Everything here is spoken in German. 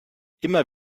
immer